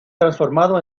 transformado